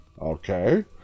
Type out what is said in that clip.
okay